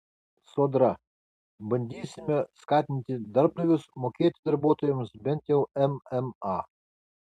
sodra bandysime skatinti darbdavius mokėti darbuotojams bent jau mma